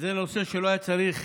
זה נושא שלא היה צריך